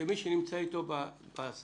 שמי שנמצא איתו בהסעה